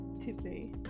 today